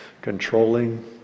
controlling